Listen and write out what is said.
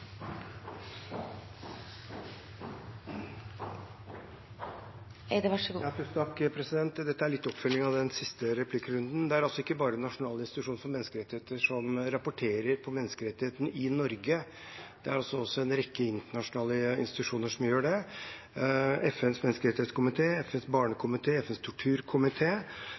ikke bare Norges nasjonale institusjon for menneskerettigheter som rapporterer på menneskerettighetene i Norge, det er også en rekke internasjonale institusjoner som gjør det. FNs menneskerettighetskomité, FNs barnekomité, FNs